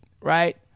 right